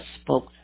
spoke